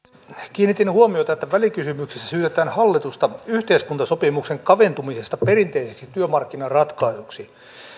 kiinnitin huomiota että välikysymyksessä syytetään hallitusta yhteiskuntasopimuksen kaventumisesta perinteiseksi työmarkkinaratkaisuksi